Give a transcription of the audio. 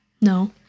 No